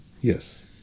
Yes